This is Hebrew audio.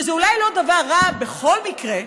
שזה אולי לא דבר רע בכל מקרה,